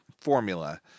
formula